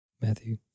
Matthew